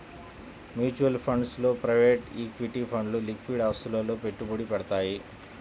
mutual funds లో private equity ఫండ్లు liquid ఆస్తులలో పెట్టుబడి పెడతయ్యి